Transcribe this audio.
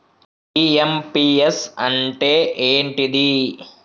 IMPS అంటే ఏంటిది?